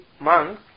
monk